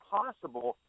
possible